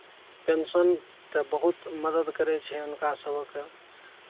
pension तऽ बहुत मदद करै छै हुनका सबके